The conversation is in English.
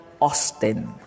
Austin